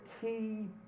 key